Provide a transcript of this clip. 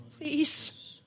Please